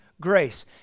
grace